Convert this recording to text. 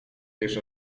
wiesz